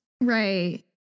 Right